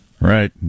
Right